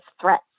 threats